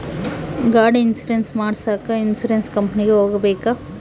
ಗಾಡಿ ಇನ್ಸುರೆನ್ಸ್ ಮಾಡಸಾಕ ಇನ್ಸುರೆನ್ಸ್ ಕಂಪನಿಗೆ ಹೋಗಬೇಕಾ?